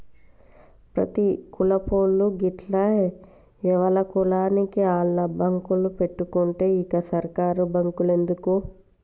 ప్రతి కులపోళ్లూ గిట్ల ఎవల కులానికి ఆళ్ల బాంకులు పెట్టుకుంటే ఇంక సర్కారు బాంకులెందుకు